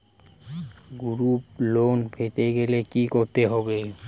Group loan পেতে গেলে কি করতে হবে?